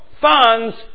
funds